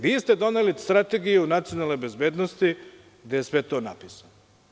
Vi ste doneli Strategiju nacionalne bezbednosti, gde je sve to napisano.